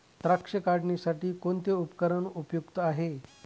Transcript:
द्राक्ष काढणीसाठी कोणते उपकरण उपयुक्त आहे?